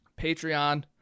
Patreon